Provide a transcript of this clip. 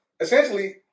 essentially